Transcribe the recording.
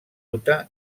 utah